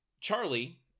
Charlie